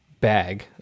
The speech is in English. bag